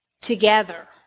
together